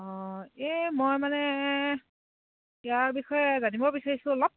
অঁ এই মই মানে ইয়াৰ বিষয়ে জানিব বিচাৰিছোঁ অলপ